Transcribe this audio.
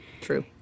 true